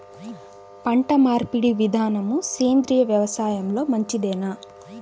పంటమార్పిడి విధానము సేంద్రియ వ్యవసాయంలో మంచిదేనా?